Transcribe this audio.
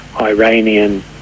Iranian